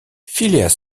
phileas